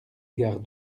gare